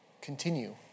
Continue